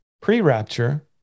pre-rapture